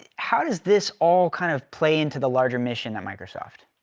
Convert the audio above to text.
how does this all kind of play into the larger mission at microsoft?